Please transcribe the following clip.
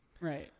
Right